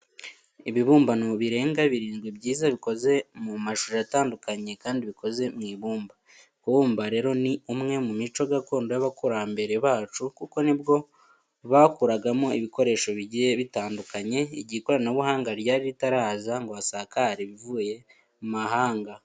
Ibibumbano birenga birindwi byiza bikoze mu mashusho atandukanye kandi bikoze mu ibumba. Kubumba rero ni umwe mu mico gakondo y'abakurambere bacu kuko ni bwo bakuragamo ibikoresho bigiye bitandukanye igihe ikoranabuhanga ryari ritaraza ngo hasakare ibivuye mu mahanga.